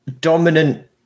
Dominant